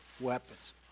weapons